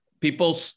people